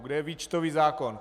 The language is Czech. Kde je výčtový zákon?